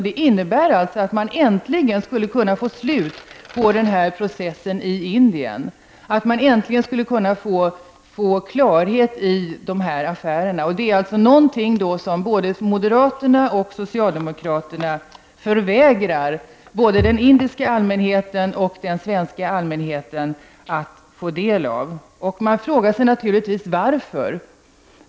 Det skulle innebära att man äntligen får slut på den här processen i Indien och att man äntligen får klarhet i dessa affärer. Det är någonting som moderaterna och socialdemokraterna förvägrar både den indiska allmänheten och den svenska allmänheten att få. Man frågar sig naturligtvis varför.